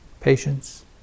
Patience